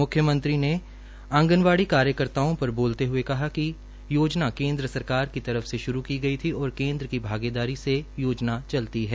मुख्यमंत्री मनोहर लाल खट्टर ने आंगनवाड़ी कार्यकर्ताओं पर बोलते हुए कहा कि योजना केंद्र सरकार की तरफ से शुरू हुई थी और केंद्र की भागीदारी से योजना चलती है